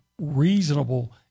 reasonable –